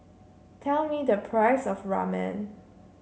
tell me the price of Ramen